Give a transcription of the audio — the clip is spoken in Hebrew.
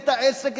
את העסק,